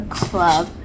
club